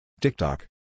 TikTok